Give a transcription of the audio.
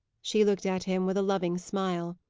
she looked at him with a loving smile.